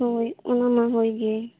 ᱦᱳᱭ ᱚᱱᱟ ᱢᱟ ᱦᱳᱭ ᱜᱮ